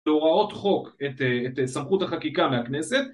להוראות חוק את סמכות החקיקה מהכנסת